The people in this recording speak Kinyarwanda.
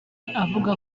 avuga